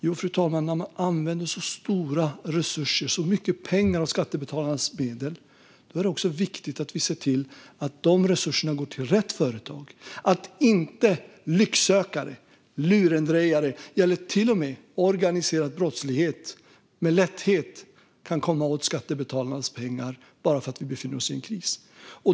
Jo, fru talman, när man använder så stora resurser, så mycket av skattebetalarnas medel, är det viktigt att de går till rätt företag, så att inte lycksökare, lurendrejare eller till och med organiserad brottslighet med lätthet kan komma åt skattebetalarnas pengar bara för att vi befinner oss i en kris.